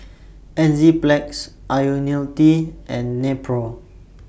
Enzyplex Ionil T and Nepro